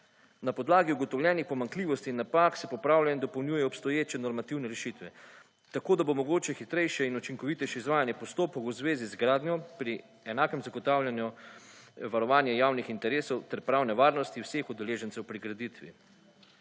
Na podlagi ugotovljenih pomanjkljivosti, napak, se popravlja in dopolnjuje obstoječe normativne rešitve, tako da bo mogoče hitrejše in učinkovitejše izvajanje postopkov v zvezi z gradnjo pri enakem zagotavljanju varovanje javnih interesov ter pravne varnosti vseh udeležencev pri graditvi.